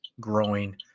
growing